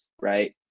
Right